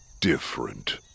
different